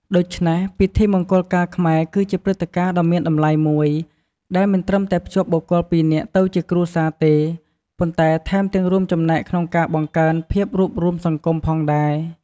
ដូច្នេះ ពិធីមង្គលការខ្មែរគឺជាព្រឹត្តិការណ៍ដ៏មានតម្លៃមួយ ដែលមិនត្រឹមតែភ្ជាប់បុគ្គលពីរនាក់ទៅជាគ្រួសារទេ ប៉ុន្តែថែមទាំងរួមចំណែកក្នុងការបង្កើនភាពរួបរួមសង្គមផងដែរ។